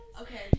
okay